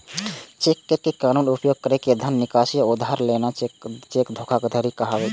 cheque के गैर कानूनी उपयोग कैर के धन निकासी या उधार लेना चेक धोखाधड़ी कहाबै छै